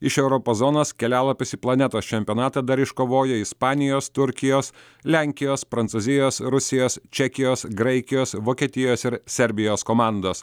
iš europos zonos kelialapius į planetos čempionatą dar iškovojo ispanijos turkijos lenkijos prancūzijos rusijos čekijos graikijos vokietijos ir serbijos komandos